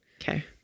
Okay